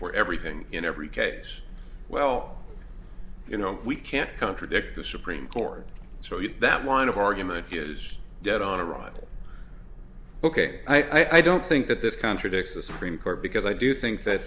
for everything in every case well you know we can't contradict the supreme court so you know that line of argument is dead on arrival ok i don't think that this contradicts the supreme court because i do think that